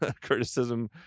criticism